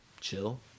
chill